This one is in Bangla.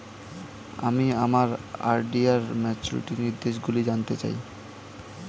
আমি আমার আর.ডি র ম্যাচুরিটি নির্দেশগুলি জানতে চাই